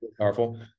powerful